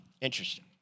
Interesting